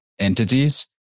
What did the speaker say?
entities